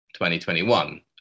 2021